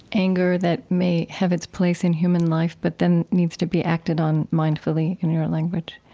anger that may have its place in human life but then needs to be acted on mindfully, in your language.